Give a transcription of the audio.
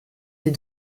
des